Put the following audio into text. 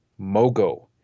Mogo